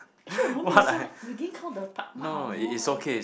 actually 我们没有 swipe we didn't count the mark oh never mind lah